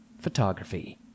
photography